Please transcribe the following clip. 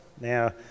Now